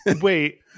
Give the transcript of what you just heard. wait